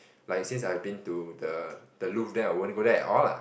like since I have been to the the Louvre then I won't go there at all lah